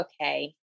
okay